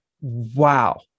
wow